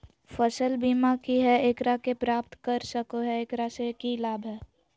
फसल बीमा की है, एकरा के प्राप्त कर सको है, एकरा से की लाभ है?